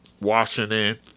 Washington